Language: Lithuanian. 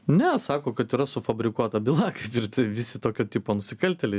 ne sako kad yra sufabrikuota byla kaip ir ti visi tokio tipo nusikaltėliai